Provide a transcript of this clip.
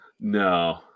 No